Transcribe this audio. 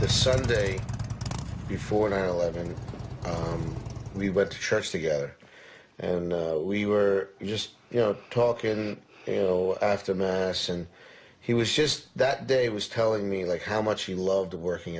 the sunday before nine eleven we went to church together and we were just you know talking in you know after mass and he was just that day was telling me like how much he loved working